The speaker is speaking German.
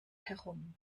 herum